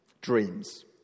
Dreams